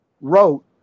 wrote